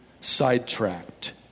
sidetracked